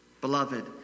Beloved